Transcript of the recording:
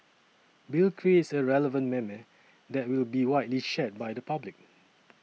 Bill creates a relevant meme that will be widely shared by the public